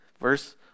Verse